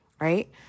right